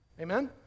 Amen